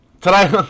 Today